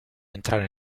entrare